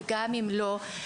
וגם אם לא,